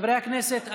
חברי הכנסת,